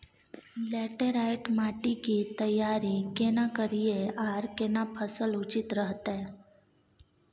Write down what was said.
Laterite माटी की तैयारी केना करिए आर केना फसल उचित रहते?